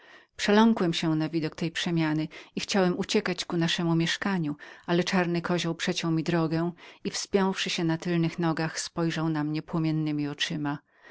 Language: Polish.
przeląkłem się na widok tej przemiany i chciałem uciekać ku naszemu mieszkaniu ale czarny kozioł przeciął mi drogę i wspiąwszy się na tylnych nogach spojrzał na mnie płomiennemi oczyma